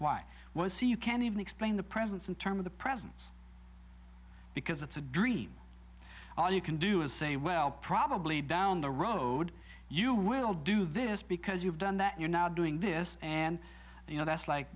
why was so you can't even explain the presence in terms of the presence because it's a dream all you can do is say well probably down the road you will do this because you've done that you're now doing this and you know that's